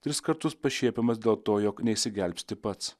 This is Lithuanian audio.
tris kartus pašiepiamas dėl to jog neišsigelbsti pats